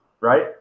Right